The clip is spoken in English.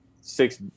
six